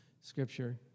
scripture